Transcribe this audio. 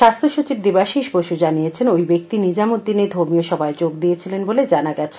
স্বাস্থ্যসচিব দেবাশিস বসু জানিয়েছেন ওই ব্যক্তি নিজামুদ্দিনে ধর্মীয় সভায় যোগ দিয়েছিলেন বলে জানা গেছে